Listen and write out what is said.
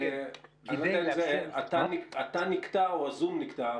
אני לא יודע אם אתה נקטע או הזום נקטע,